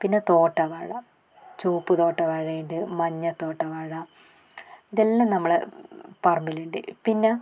പിന്നെ തോട്ട വാഴ ചോപ്പ് തോട്ട വാഴ ഉണ്ട് മഞ്ഞ തോട്ട വാഴ ഇതെല്ലാം നമ്മളുടെ പറമ്പിലുണ്ട് പിന്നെ